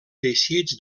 teixits